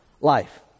life